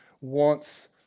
wants